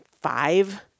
five